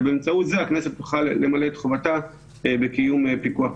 ובאמצעות זה הכנסת תוכל למלא את חובתה בקיום פיקוח פרלמנטרי.